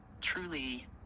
truly